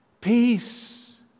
Peace